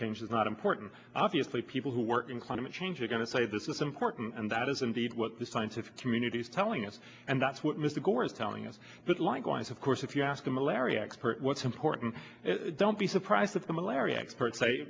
change is not important obviously people who work in climate change are going to say this is important and that is indeed what the scientific community is telling us and that's what mr gore is telling us but likewise of course if you ask the malaria expert what's important don't be surprised if the malaria experts say